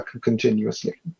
continuously